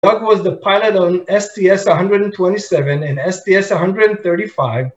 דוג הוא היה פיילוט ב-STS-127 ו-STS-135